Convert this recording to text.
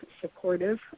supportive